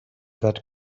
that